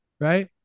right